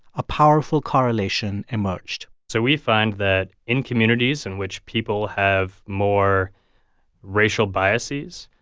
a powerful correlation emerged so we find that in communities in which people have more racial biases,